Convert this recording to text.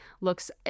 looks –